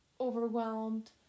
overwhelmed